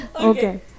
Okay